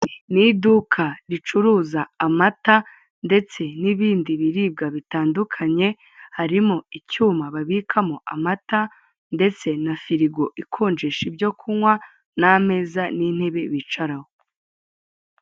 Ni iduka ricuruza amata ndetse n'ibindi biribwa bitandukanye, harimo icyuma babikamo amata ndetse na firigo ikonjesha ibyokunywa, n'ameza n'intebe bicaraho.